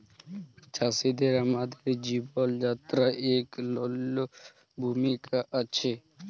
চাষীদের আমাদের জীবল যাত্রায় ইক অলল্য ভূমিকা আছে